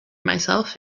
myself